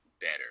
better